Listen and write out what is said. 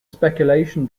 speculation